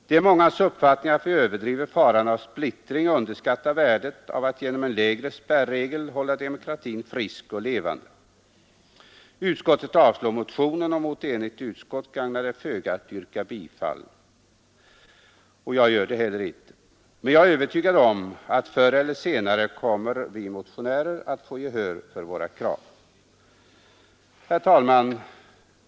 Det är mångas uppfattning att vi överdriver faran av splittring och underskattar värdet av att genom en lägre spärr hålla demokratin frisk och levande. Utskottet avstyrker motionen, och mot ett enigt utskott gagnar det föga att yrka bifall. Jag gör det heller icke. Men jag är övertygad om att vi motionärer förr eller senare kommer att få gehör för våra krav. Herr talman!